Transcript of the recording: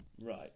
Right